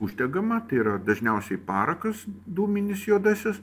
uždegama tai yra dažniausiai parakas dūminis juodasis